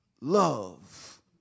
love